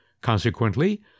Consequently